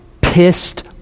pissed